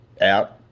out